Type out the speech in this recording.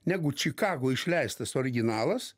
negu čikagoj išleistas originalas